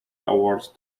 award